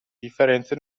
differenze